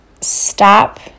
stop